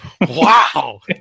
Wow